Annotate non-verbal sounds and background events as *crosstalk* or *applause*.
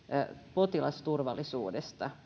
potilasturvallisuudesta *unintelligible*